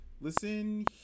listen